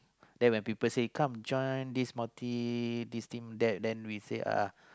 then when people say come join this small team this team that then we say ah